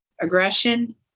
aggression